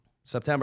September